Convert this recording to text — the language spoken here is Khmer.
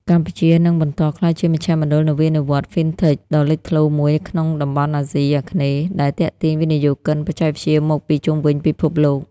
កម្ពុជានឹងបន្តក្លាយជាមជ្ឈមណ្ឌលនវានុវត្តន៍ FinTech ដ៏លេចធ្លោមួយក្នុងតំបន់អាស៊ីអាគ្នេយ៍ ដែលទាក់ទាញវិនិយោគិនបច្ចេកវិទ្យាមកពីជុំវិញពិភពលោក។